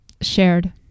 shared